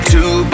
Two